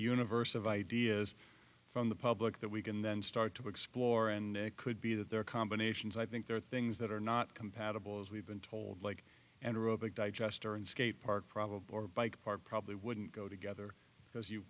universe of ideas from the public that we can then start to explore and it could be that there are combinations i think there are things that are not compatible as we've been told like and are a big digester and skate park probably bike part probably wouldn't go together because you